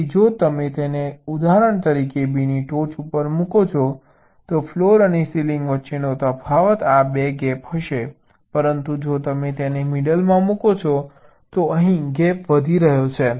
તેથી જો તમે તેને ઉદાહરણ તરીકે B ની ટોચ ઉપર મૂકો છો તો ફ્લોર અને સીલિંગ વચ્ચેનો તફાવત આ ગેપ 2 હશે પરંતુ જો તમે તેને મિડલમાં મુકો છો તો અહીં ગેપ વધી રહ્યો છે